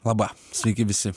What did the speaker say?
laba sveiki visi